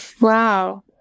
Wow